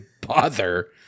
bother